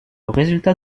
résultat